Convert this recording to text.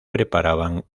preparaban